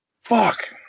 Fuck